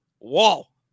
wall